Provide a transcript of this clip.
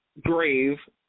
grave